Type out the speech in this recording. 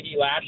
last